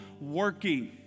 working